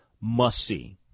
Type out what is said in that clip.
must-see